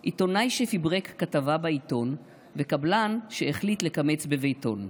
/ עיתונאי שפברק כתבה בעיתון / וקבלן שהחליט לקמץ בבטון,